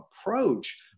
approach